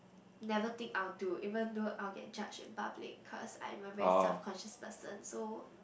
never think I will do even though I'll get judged in public cause I am a very self conscious person so